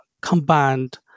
combined